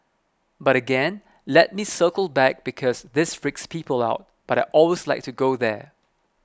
but again let me circle back because this freaks people out but I always like to go there